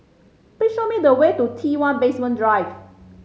please show me the way to T One Basement Drive